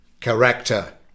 character